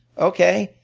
okay,